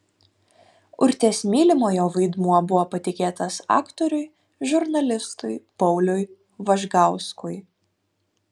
urtės mylimojo vaidmuo buvo patikėtas aktoriui žurnalistui pauliui važgauskui